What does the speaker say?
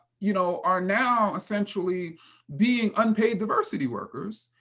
you know are now essentially being unpaid diversity workers.